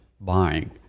buying